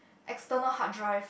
external hard drive